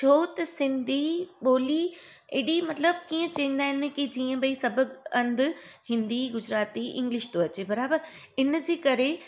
छो त सिंधी ॿोली एॾी मतिलबु कीअं चईंदा आहिनि की जीअं भाई सभु हंधि हिंदी गुजराती इंग्लिश थो अचे बराबरि इनजे करे